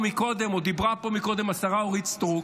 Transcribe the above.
דיברה פה מקודם השרה אורית סטרוק.